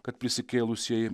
kad prisikėlusieji